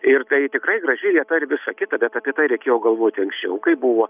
ir tai tikrai graži vieta ir visa kita bet apie tai reikėjo galvoti anksčiau kai buvo